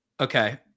okay